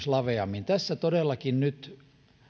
laveammin tässä todellakin nyt